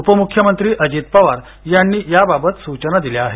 उपमुख्यमंत्री अजित पवार यांनी याबाबत सुचना दिल्या आहेत